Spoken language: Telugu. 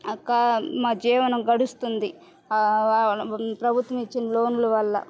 మా జీవనం గడుస్తుంది ఆ ప్రభుత్వం ఇచ్చిన లోన్లు వల్ల